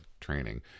training